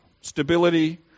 Stability